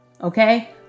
Okay